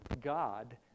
God